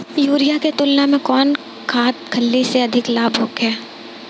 Urea के तुलना में कौन खाध खल्ली से अधिक लाभ होखे?